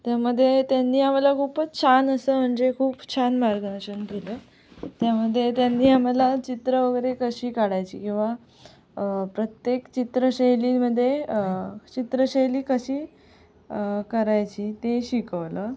त्यामध्ये त्यांनी आम्हाला खूपच छान असं म्हणजे खूप छान मार्गदर्शन केलं त्यामध्ये त्यांनी आम्हाला चित्रं वगैरे कशी काढायची किंवा प्रत्येक चित्रशैलींमध्ये चित्रशैली कशी करायची ते शिकवलं